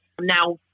Now